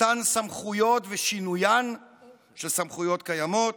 מתן סמכויות ושינוי סמכויות קיימות,